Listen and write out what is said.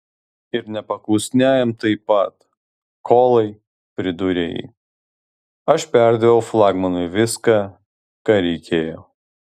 ir nepaklusniajam taip pat kolai pridūrė ji aš perdaviau flagmanui viską ką reikėjo